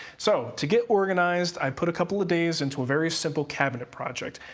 so, to get organized, i put a couple of days into a very simple cabinet project.